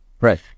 Right